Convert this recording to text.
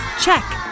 Check